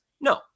No